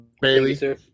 Bailey